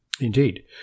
indeed